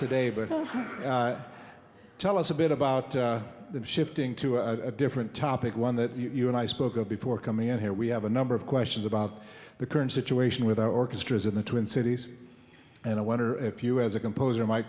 today but tell us a bit about them shifting to a different topic one that you and i spoke of before coming out here we have a number of questions about the current situation with our orchestras in the twin cities and i wonder if you as a composer m